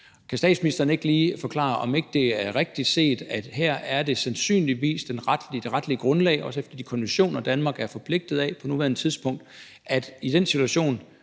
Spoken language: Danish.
Kan statsministeren ikke lige forklare, om ikke det er rigtigt set, at det her sandsynligvis er det retlige grundlag – også efter de konventioner, Danmark er forpligtet af på nuværende tidspunkt – at i den situation,